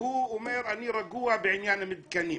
והוא אומר: אני רגוע בעניין המתקנים.